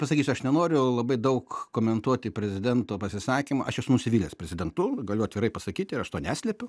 pasakysiu aš nenoriu labai daug komentuoti prezidento pasisakymų aš esu nusivylęs prezidentu galiu atvirai pasakyti aš to neslepiu